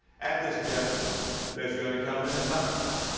at this judgment there's going to come an indictment.